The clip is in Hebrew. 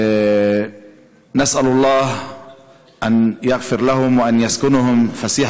(אומר בערבית: אנו מבקשים מאללה שיסלח להם,